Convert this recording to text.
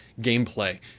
gameplay